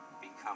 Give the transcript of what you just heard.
become